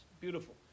Beautiful